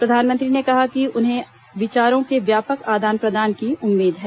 प्रधानमंत्री ने कहा कि उन्हें विचारों के व्यापक आदान प्रदान की उम्मीद है